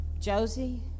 Josie